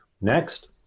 Next